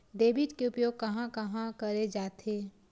Debit के उपयोग कहां कहा करे जाथे?